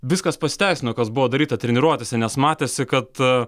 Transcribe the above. viskas pasiteisino kas buvo daryta treniruotėse nes matėsi kad